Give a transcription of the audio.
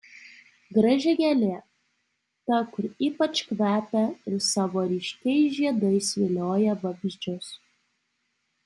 graži gėlė ta kur ypač kvepia ir savo ryškiais žiedais vilioja vabzdžius